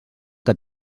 que